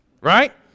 right